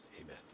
Amen